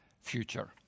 future